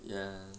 ya